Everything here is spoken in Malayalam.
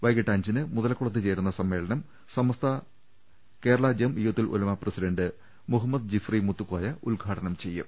വൈകീട്ട് അഞ്ചിന് മുതലക്കുളത്ത് ചേരുന്ന സമ്മേളനം സമസ്ത കേരള ജം ഇയ്യത്തുൽ ഉലമ പ്രസിഡന്റ് മുഹമ്മദ് ജിഫ്രി മുത്തുക്കോയ ഉദ്ഘാടനം ചെയ്യും